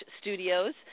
Studios